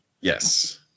Yes